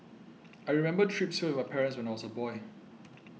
I remember trips here with my parents when I was a boy